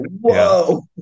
whoa